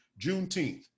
Juneteenth